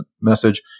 message